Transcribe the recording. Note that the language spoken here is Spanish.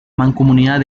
mancomunidad